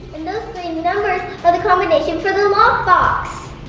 and those three numbers are the combination for the lockbox!